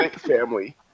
family